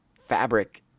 fabric